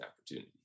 opportunity